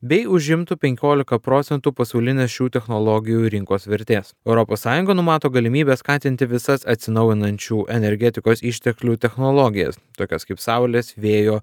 bei užimtų penkiolika procentų pasaulinės šių technologijų rinkos vertės europos sąjunga numato galimybę skatinti visas atsinaujinančių energetikos išteklių technologijas tokias kaip saulės vėjo